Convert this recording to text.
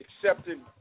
accepting